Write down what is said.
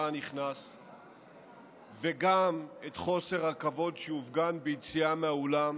הנכנס וגם את חוסר הכבוד שהופגן ביציאה מהאולם